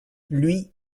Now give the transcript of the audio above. lui